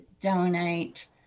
donate